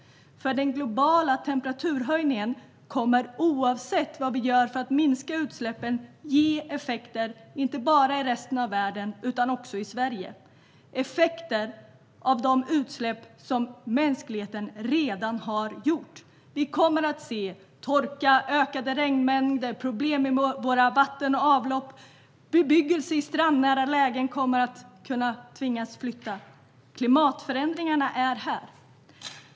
Den globala temperaturhöjningen kommer, oavsett vad vi gör för att minska utsläppen, att ge effekter inte bara i resten av världen utan också i Sverige. Det är effekter av de utsläpp som mänskligheten redan har gjort. Vi kommer att se torka, ökade regnmängder och problem med våra vatten och avlopp. Bebyggelse i strandnära lägen kommer att behöva tvingas att flytta. Klimatförändringarna är här.